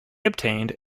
obtained